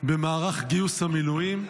במערך גיוס המילואים?